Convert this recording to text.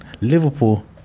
Liverpool